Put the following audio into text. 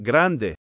Grande